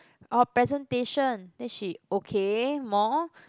our presentation then she okay more